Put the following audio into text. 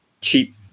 cheap